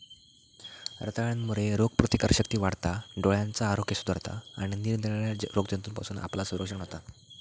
रताळ्यांमुळे रोगप्रतिकारशक्ती वाढता, डोळ्यांचा आरोग्य सुधारता आणि निरनिराळ्या रोगजंतूंपासना आपला संरक्षण होता